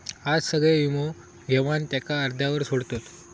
आज सगळे वीमो घेवन त्याका अर्ध्यावर सोडतत